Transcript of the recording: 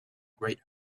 great